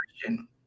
question